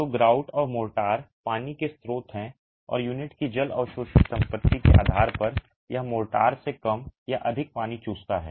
तो ग्राउट और मोर्टार पानी के स्रोत हैं और यूनिट की जल अवशोषण संपत्ति के आधार पर यह मोर्टार से कम या अधिक पानी चूसता है